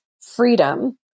freedom